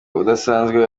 udasanzwe